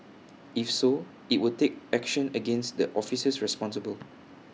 if so IT will take action against the officers responsible